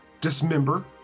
dismember